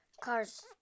cars